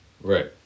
Right